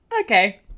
Okay